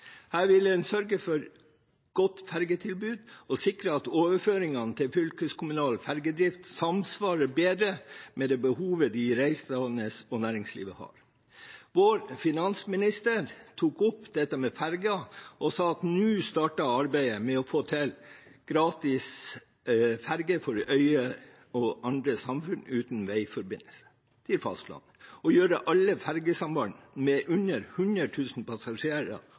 Her vil en sørge for godt fergetilbud og sikre at overføringene til fylkeskommunal fergedrift samsvarer bedre med det behovet de reisende og og næringslivet har. Vår finansminister tok opp dette med ferger og sa at nå starter arbeidet med å få til gratis ferge for øyer og andre samfunn uten veiforbindelse til fastlandet, og gjøre alle fergesamband med under 100 000 passasjerer